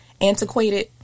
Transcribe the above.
Antiquated